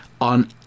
on